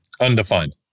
Undefined